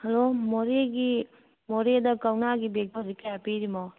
hello ꯃꯣꯔꯦꯒꯤ ꯃꯣꯔꯦꯗ ꯀꯧꯅꯥꯒꯤ ꯕꯦꯛꯇꯣ ꯍꯧꯖꯤꯛ ꯀꯌꯥ ꯄꯤꯔꯤꯃꯣ